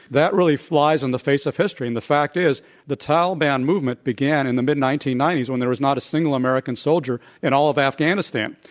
that really flies in the face of history. and the fact is the taliban movement began in the mid nineteen ninety s, when there was not a single american soldier in all of afghanistan.